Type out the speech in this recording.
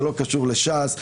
זה לא קשור לש"ס.